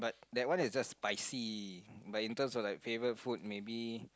that one is just spicy but in terms of like flavour food maybe